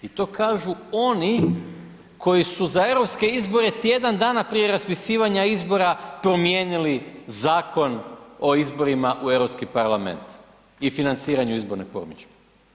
I to kažu oni koji su za europske izbore tjedan dana prije raspisivanja izbora promijenili Zakon o izborima u Europski parlament i financiranju izborne promidžbe.